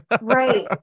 Right